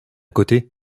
côté